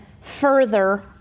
further